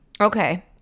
Okay